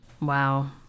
Wow